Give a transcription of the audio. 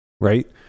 right